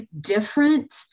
different